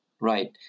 right